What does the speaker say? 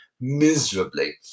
miserably